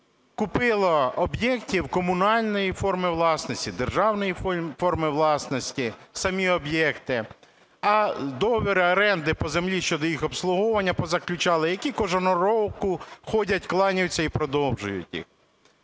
купило об'єктів комунальної форми власності, державної форми власності самі об'єкти, договори оренди по землі щодо їх обслуговування позаключали, які кожного року ходять, кланяються і продовжують їх.